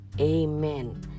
amen